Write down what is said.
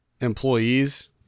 employees